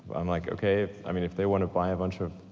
i'm like, okay, i mean if they wanna buy a bunch of